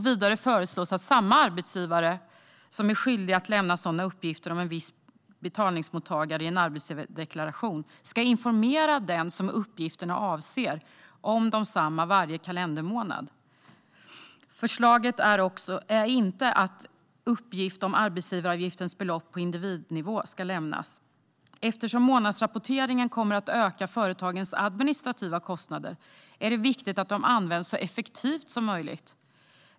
Vidare föreslås att den arbetsgivare som är skyldig att lämna sådana uppgifter om en viss betalningsmottagare i en arbetsgivardeklaration ska informera den som uppgifterna avser om desamma varje kalendermånad. Förslaget är dock inte att uppgift om arbetsgivaravgiftens belopp på individnivå ska lämnas. Eftersom månadsrapportering kommer att öka företagens administrativa kostnader är det viktigt att den används så effektivt som möjligt.